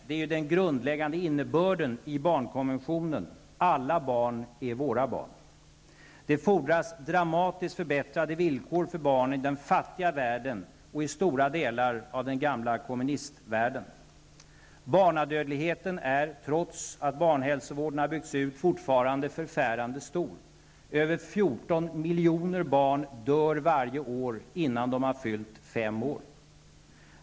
Den grundläggande innebörden i barnkonventionen är: Alla barn är våra barn. Det fordras dramatiskt förbättrade villkor för barn i den fattiga världen och i stora delar av den gamla kommunistvärlden. Trots att barnhälsovården har byggts ut är barnadödligheten fortfarande förfärande stor. Varje år dör över 14 miljoner barn innan de har fyllt fem år.